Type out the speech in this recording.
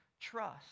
trust